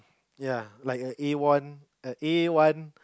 ya like a A one a A one